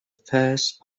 first